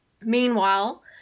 Meanwhile